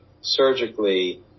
surgically